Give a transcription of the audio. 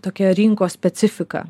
tokia rinkos specifika